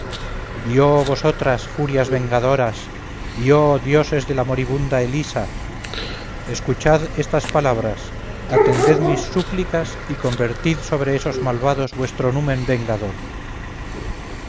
oh vosotras furias vengadoras y oh dioses de la moribunda elisa escuchad estas palabras atended mis súplicas y convertid sobre esos malvados vuestro numen vengador